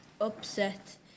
upset